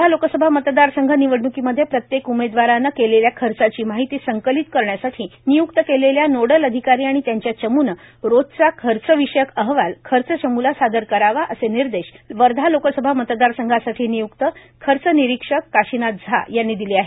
वर्धा लोकसभा मतदारसंघ निवडण्कीमध्ये प्रत्येक उमेदवारानं केलेल्या खर्चाची माहिती संकलित करण्यासाठी निय्क्त केलेल्या नोडल अधिकारी आणि त्यांच्या चमूने रोजचा खर्च विषयक अहवाल खर्च चमूला सादर करावा असे निर्देश वर्धा लोकसभा मतदारसंघासाठी निय्क्त खर्च निरीक्षक काशिनाथ झा यांनी दिले आहेत